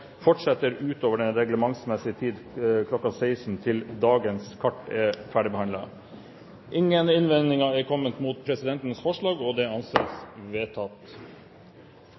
fortsetter utover den reglementsmessige tid kl. 16.00 til dagens kart er ferdigbehandlet. – Det anses vedtatt.